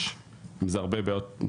יש עם זה הרבה בעיות,